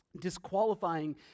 disqualifying